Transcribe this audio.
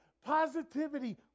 Positivity